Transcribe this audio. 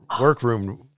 workroom